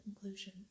conclusion